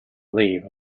leave